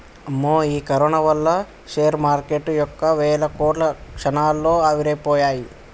అమ్మో ఈ కరోనా వల్ల షేర్ మార్కెటు యొక్క వేల కోట్లు క్షణాల్లో ఆవిరైపోయాయి